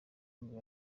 nibwo